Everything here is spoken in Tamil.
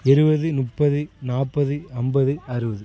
இருபது முப்பது நாற்பது ஐம்பது அறுபது